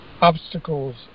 obstacles